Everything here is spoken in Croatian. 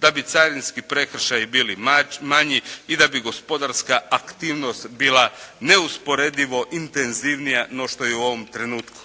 da bi carinski prekršaji bili manji i da bi gospodarska aktivnost bila neusporedivo intenzivnija no što je u ovom trenutku.